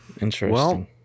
Interesting